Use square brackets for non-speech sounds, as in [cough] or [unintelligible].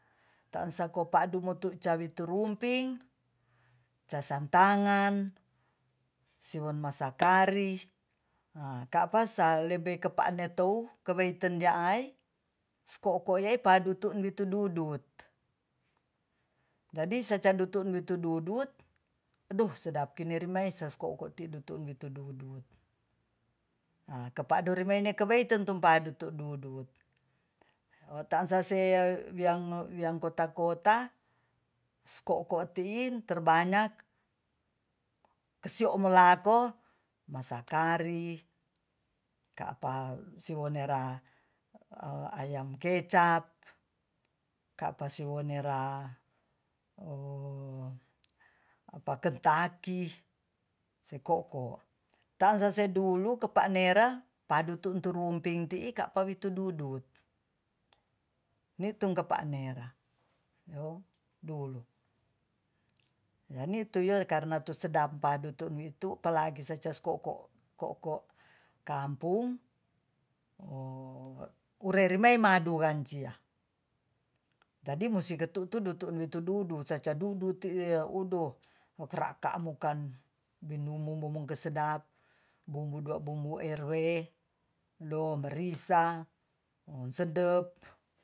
Taansako padu modu cawe turumpi casan tangan sion masa kari [noise] a kapasa lebe kepaenetou keweiten na ai sko-sko yei padu tunbi tu dudut jadi sacanbitu tududut adu sedap kinerimae saskouko tidu un tidu tidudut a keparo kepeinetumiten kumpado tu dudut taansa sei biangmo kota-kota sko-sko tiin terbanyak kesiomolako masa kari kaparsionera ayam kecap kapa sioner [hesitation] pa kentaki seko-ko taansa sedulu kopanera padutun turumping ti'i kapa wi tu dudut nitung kepanera [unintelligible] karna tu sedap badu tu witu apalagi secas ko'ko ko'ko kampung [hesitation] urerimei madurancia tadi musti ketudutuduwidudu sacadudutiuno krak kaan amukan binumu mumungke sedap bumbu da bumbu rw do merisa amunsedep